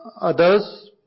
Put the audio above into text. others